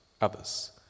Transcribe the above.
others